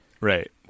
Right